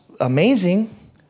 amazing